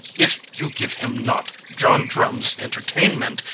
if you give him not john drum's entertainment,